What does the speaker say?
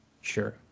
sure